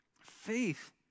Faith